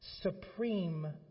Supreme